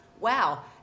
wow